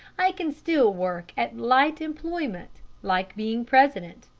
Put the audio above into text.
i can still work at light employment, like being president,